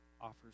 offers